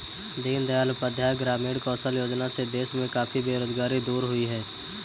दीन दयाल उपाध्याय ग्रामीण कौशल्य योजना से देश में काफी बेरोजगारी दूर हुई है